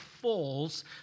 falls